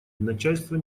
начальство